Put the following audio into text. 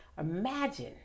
Imagine